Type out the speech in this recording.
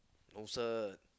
no cert